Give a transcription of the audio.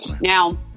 Now